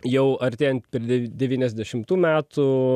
jau artėjant prie dev devyniasdešimtų metų